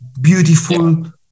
beautiful